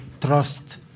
trust